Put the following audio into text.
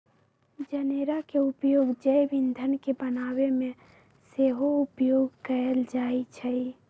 जनेरा के उपयोग जैव ईंधन के बनाबे में सेहो उपयोग कएल जाइ छइ